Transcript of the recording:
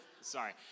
sorry